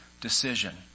decision